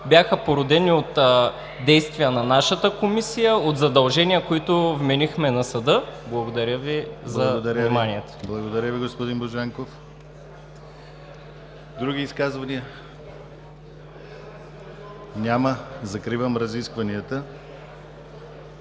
бяха породени от действия на нашата комисия, от задължения, които вменихме на съда. Благодаря Ви за вниманието. ПРЕДСЕДАТЕЛ ДИМИТЪР ГЛАВЧЕВ: Благодаря Ви, господин Божанков. Други изказвания? Няма. Закривам разискванията.